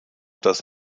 das